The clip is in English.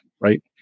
Right